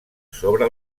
sobre